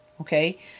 Okay